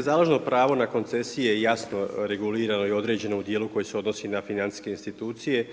založno pravo na koncesije jasno je regulirano i određeno u dijelu koji se odnosi na financijske institucije,